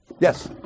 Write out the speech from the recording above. Yes